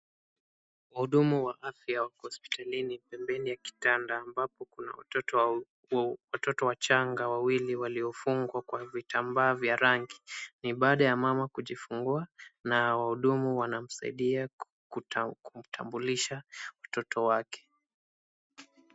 Wahudumu wa afya wako hospitalini pembeni ya kitanda, ambapo kuna watoto wachanga wawili waliofungwa kwa vitambaa nya rangi. Ni baada ya mama kujifungua na wahudumu wanamsaidia kutambulisha mtoto wake.